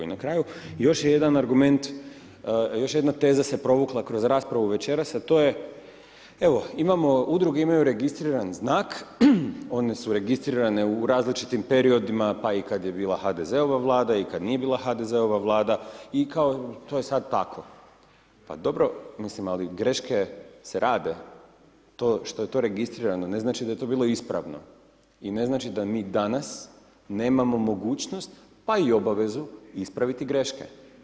I na kraju još je jedan argument, još jedna teza se provukla kroz raspravu večeras, a to je, evo imamo, Udruge imaju registriran znak, one su registrirane u različitim periodima, pa i kad je bila HDZ-ova vlada, kad i nije bila HDZ-ova vlada, i kao to je sad tako, pa dobro, mislim, ali greške se rade, to što je to registrirano ne znači da je to bilo ispravno, i ne znači da mi danas nemamo mogućnost, pa i obavezu ispraviti greške.